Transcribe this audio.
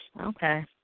Okay